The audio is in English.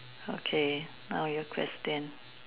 okay now your question